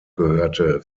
gehörte